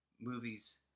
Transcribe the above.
Movies